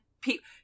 people